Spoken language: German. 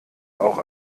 auch